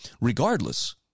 Regardless